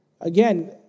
again